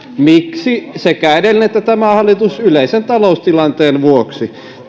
miksi sekä edellinen että tämä hallitus yleisen taloustilanteen vuoksi